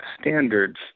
standards